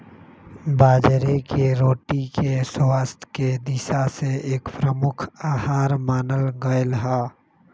बाजरे के रोटी के स्वास्थ्य के दिशा से एक प्रमुख आहार मानल गयले है